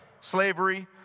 Slavery